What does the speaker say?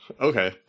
okay